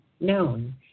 known